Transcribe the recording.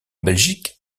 belgique